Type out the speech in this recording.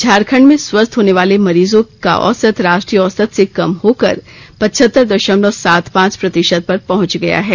झारखण्ड में स्वस्थ्य होने वाले मरीजों की औसत राष्ट्रीय औसत से कम होकर पचहत्तर दशमलव सात पांच प्रतिशत पर पहंच गयी है